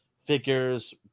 figures